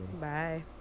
Bye